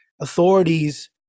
authorities